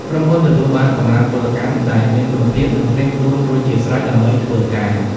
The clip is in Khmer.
ក្រុមហ៊ុនទទួលបានកម្លាំងពលកម្មដែលមានគុណភាព និងត្រៀមខ្លួនរួចជាស្រេចដើម្បីធ្វើការ។